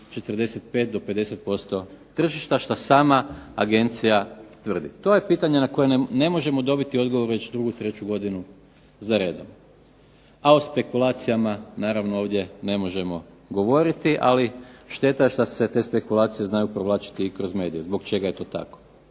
45 do 50% tržišta što sama agencija tvrdi. To je pitanje na koje ne možemo dobiti odgovor već drugu, treću godinu za redom, a o spekulacijama naravno ovdje ne možemo govoriti. Ali šteta je što se te spekulacije znaju povlačiti kroz medije zbog čega je to tako.